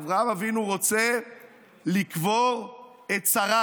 אברהם אבינו רוצה לקבור את שרה,